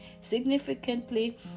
Significantly